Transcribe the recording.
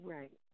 Right